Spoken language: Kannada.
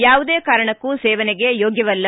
ಯಾವುದೇ ಕಾರಣಕ್ಕೂ ಸೇವನೆಗೆ ಯೋಗ್ಣವಲ್ಲ